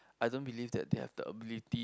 I don't believe that they have the ability